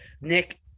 Nick